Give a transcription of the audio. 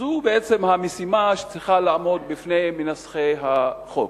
זו המשימה שצריכה לעמוד בפני מנסחי החוק.